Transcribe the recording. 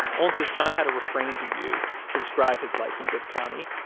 olin says john had a refrain he'd use to describe his life in bibb county.